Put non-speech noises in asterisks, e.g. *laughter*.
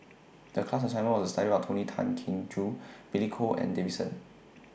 The class assignment was to study about Tony Tan Keng Joo Billy Koh and David *unintelligible*